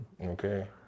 Okay